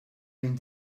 lejn